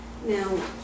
Now